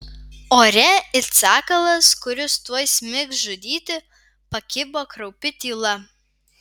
ore it sakalas kuris tuoj smigs žudyti pakibo kraupi tyla